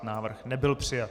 Návrh nebyl přijat.